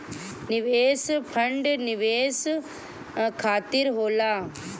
निवेश फंड निवेश खातिर होला